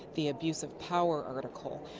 the abuse of power article.